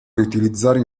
riutilizzare